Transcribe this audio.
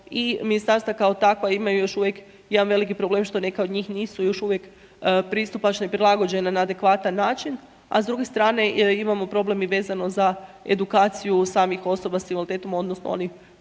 i ministarstva kao takva imaju još uvijek jedan veliki problem, što neka od njih nisu još uvijek pristupala i prilagođena na adekvatan način. A s druge strane imamo problem vezano i za edukaciju samih osoba s invaliditetom, odnosno, onih